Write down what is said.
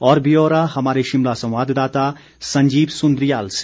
और ब्योरा हमारे शिमला संवाददाता संजीव सुंद्रियाल से